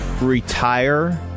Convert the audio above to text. retire